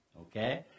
Okay